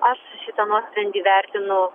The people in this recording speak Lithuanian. aš šitą nuosprendį vertinu